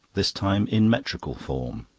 this time in metrical form.